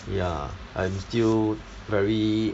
ya I'm still very